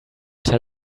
tell